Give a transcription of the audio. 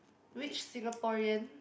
which Singaporean